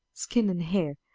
skin and hair,